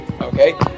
Okay